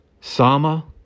Sama